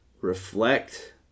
Reflect